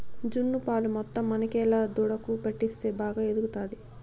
జున్ను పాలు మొత్తం మనకేలా దూడకు పట్టిస్తే బాగా ఎదుగుతాది